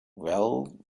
well